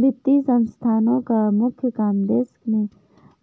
वित्तीय संस्थानोँ का मुख्य काम देश मे